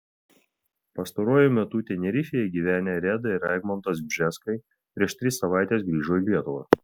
pastaruoju metu tenerifėje gyvenę reda ir egmontas bžeskai prieš tris savaites grįžo į lietuvą